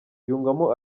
yungamo